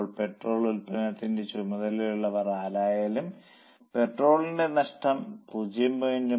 അപ്പോൾ പെട്രോൾ വിൽപനയുടെ ചുമതലയുള്ളവർ ആരായാലും പെട്രോളിന്റെ നഷ്ടം 0